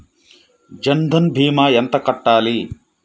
జన్ధన్ భీమా ఎంత కట్టాలి?